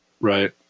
Right